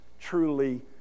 truly